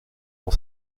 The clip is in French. dans